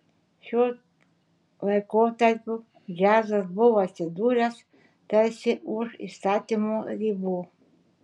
šiuo laikotarpiu džiazas buvo atsidūręs tarsi už įstatymo ribų